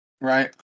right